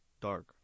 dark